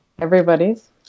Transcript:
Everybody's